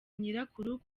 nyirakuru